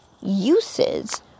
uses